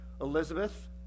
Elizabeth